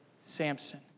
Samson